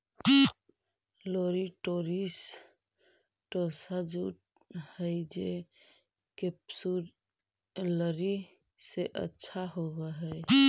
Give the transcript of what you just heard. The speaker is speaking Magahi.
ओलिटोरियस टोसा जूट हई जे केपसुलरिस से अच्छा होवऽ हई